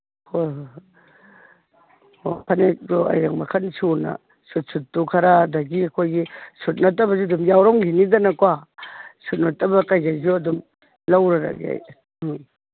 ꯍꯣꯏ ꯍꯣꯏ ꯍꯣꯏ ꯑꯣ ꯐꯅꯦꯛꯇꯣ ꯍꯌꯦꯡ ꯃꯈꯜ ꯁꯨꯅ ꯁꯨꯠ ꯁꯨꯠꯇꯨ ꯈꯔ ꯑꯗꯒꯤ ꯑꯩꯈꯣꯏꯒꯤ ꯁꯨꯠ ꯅꯠꯇꯕꯗꯤ ꯑꯗꯨꯝ ꯌꯥꯎꯔꯝꯈꯤꯅꯤꯗꯅꯀꯣ ꯁꯨꯠ ꯅꯠꯇꯕ ꯀꯩꯀꯩꯁꯨ ꯑꯗꯨꯝ ꯂꯧꯔꯔꯒꯦ ꯑꯩ ꯎꯝ